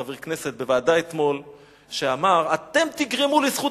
חבר כנסת בוועדה שאמר: אתם תגרמו לזכות